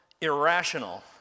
irrational